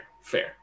fair